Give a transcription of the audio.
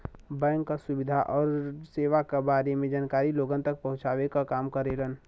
bank क सुविधा आउर सेवा क बारे में जानकारी लोगन तक पहुँचावे क काम करेलन